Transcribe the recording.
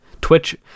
Twitch